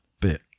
bit